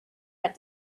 had